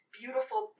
beautiful